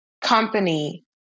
company